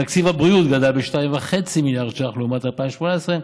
תקציב הבריאות גדל בכ-2.5 מיליארד ש"ח לעומת 2018,